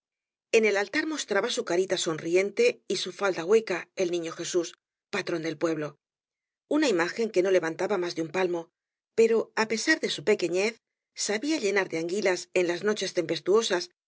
en el altar mostraba eu carita sonriente y bu falda hueca el n fio jeiúa patrón del pueblo una imagen que no levantaba más de un palmo pero á pesar de su pequenez sabía llenar de anguilas en las noches